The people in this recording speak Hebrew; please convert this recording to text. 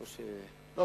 זוארץ?